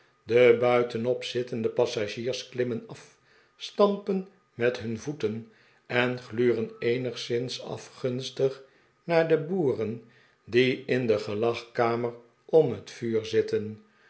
de buitenop zittende passagiers klimmen af stampen met hun voeten en gluren eenigszins afgimstig naar de boeren die in de gelagkamer om het vuur zitten